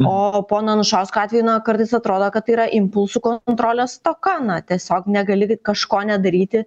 o pono anušausko atveju na kartais atrodo kad yra impulsų kontrolės stoka na tiesiog negali kažko nedaryti